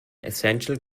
essential